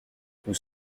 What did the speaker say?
nous